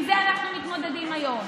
עם זה אנחנו מתמודדים היום.